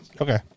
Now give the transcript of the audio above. okay